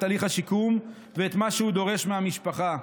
תהליך השיקום ואת מה שהוא דורש מהמשפחה.